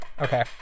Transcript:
Okay